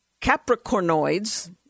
Capricornoids